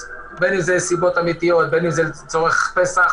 בסוף זאת פגיעה בזכות חוקתית של אזרח לחזור